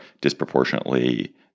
disproportionately